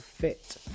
fit